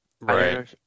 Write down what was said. right